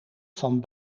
van